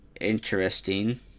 interesting